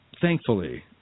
thankfully